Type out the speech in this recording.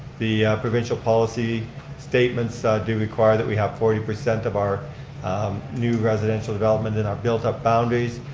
the provincial policy statements do require that we have forty percent of our new residential development in our built-up boundaries.